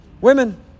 women